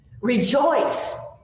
Rejoice